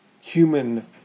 human